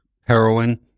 heroin